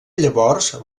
llavors